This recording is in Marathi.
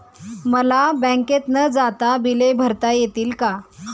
मला बँकेत न जाता बिले भरता येतील का?